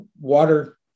water